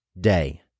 day